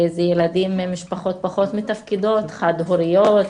ילדים ממשפחות פחות מתפקדות, חד הוריות,